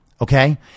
Okay